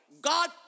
God